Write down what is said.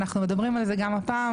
אנחנו מדברים על זה גם הפעם,